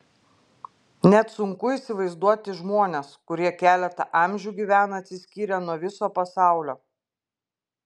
net sunku įsivaizduoti žmones kurie keletą amžių gyvena atsiskyrę nuo viso pasaulio